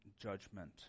judgment